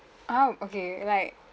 oh okay like